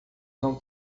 não